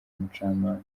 umucamanza